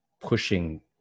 pushing